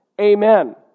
Amen